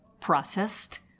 processed